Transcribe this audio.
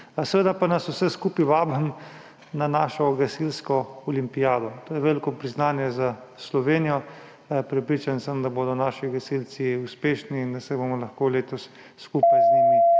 Seveda pa nas vse skupaj vabim na našo gasilsko olimpijado. To je veliko priznanje za Slovenijo. Prepričan sem, da bodo naši gasilci uspešni in da se bomo lahko letos skupaj z njimi